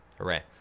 hooray